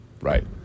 Right